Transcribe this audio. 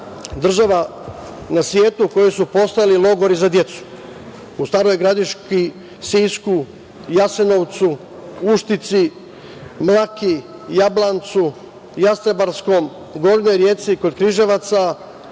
država na svetu u kojoj su postojali logori za decu. U Staroj Gradiški, Sisku, Jasenovcu, Uštici, Mlaki, Jablancu, Jasterbarskom, u Gornjoj Rijeci kod Križevaca